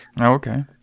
Okay